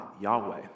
Yahweh